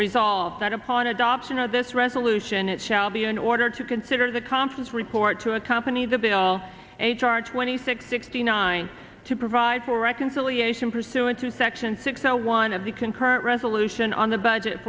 resolved that upon adoption of this resolution it shall be in order to consider the conference report to accompany the bill h r twenty six sixty nine to provide for reconciliation pursuant to section six zero one of the concurrent resolution on the budget